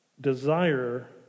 desire